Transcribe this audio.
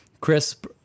crisp